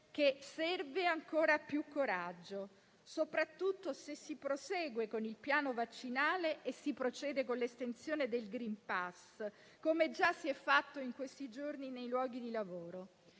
che serve ancora più coraggio, soprattutto se si prosegue con il piano vaccinale e l'estensione del *green pass* come già si è fatto in questi giorni nei luoghi di lavoro.